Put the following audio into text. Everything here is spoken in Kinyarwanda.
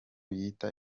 yita